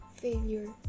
failure